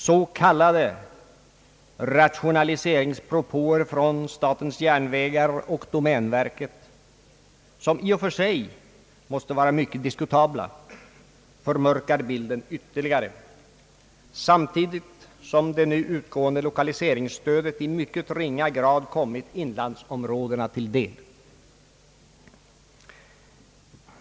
S. k. rationaliseringspropåer från statens järnvägar och domänverket — i och för sig mycket diskutabla — förmörkar bilden ytterligare samtidigt som det nu utgående lokaliseringsstödet i ytterst ringa grad kommit inlandsområdena till del.